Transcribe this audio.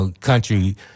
country